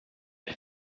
have